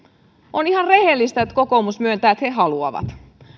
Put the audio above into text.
on ihan rehellistä että kokoomus myöntää että he haluavat